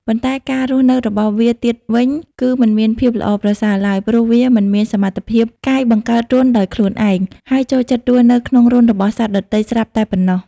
ប៉ុន្តែការរស់នៅរបស់វាទៀតវិញ គឺមិនមានភាពល្អប្រសើរឡើយ ព្រោះវាមិនមានសមត្ថភាពកាយបង្កើតរន្ធដោយខ្លួនឯង ហើយចូលចិត្តរស់នៅក្នុងរន្ធរបស់សត្វដទៃស្រាប់តែប៉ុណ្ណោះ។